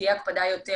תהיה הקפדה יותר